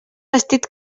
vestit